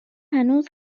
هنوز